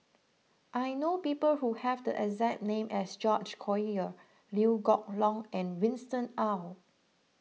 I know people who have the exact name as George Collyer Liew Geok Leong and Winston Oh